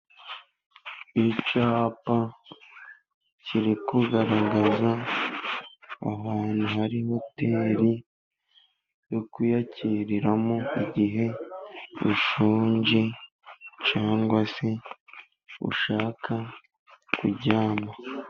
Icyapa kiri kugaragaza ahantu hari hoteri yo kwiyakiriramo igihe ushonje, cyangwa se ushaka kuryama.